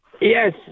Yes